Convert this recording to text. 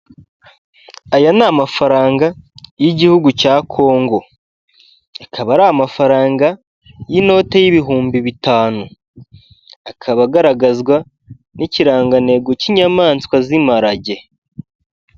Aya ni amafaranga y'igihugu cya Kongo akaba ari amafaranga y'inote y'ibihumbi bitanu, akaba agaragazwa n'ikirangantego cy'inyamaswa z'imparage.